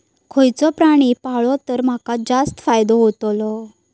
खयचो प्राणी पाळलो तर माका जास्त फायदो होतोलो?